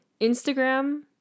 Instagram